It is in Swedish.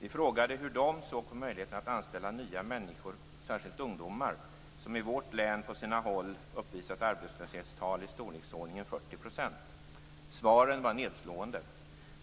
Vi frågade hur de såg på möjligheterna att anställa nya människor, särskilt ungdomar, som på vissa håll i vårt län uppvisat arbetslöshetstal i storleksordningen 40 %. Svaren var nedslående.